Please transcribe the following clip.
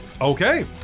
Okay